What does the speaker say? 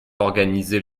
organisez